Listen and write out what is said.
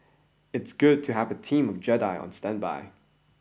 it's good to have a team of Jedi on standby